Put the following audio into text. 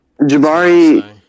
Jabari